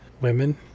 women